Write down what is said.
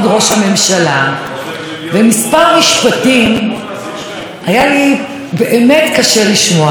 כמה משפטים היה לי באמת קשה לשמוע והם ככה: